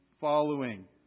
following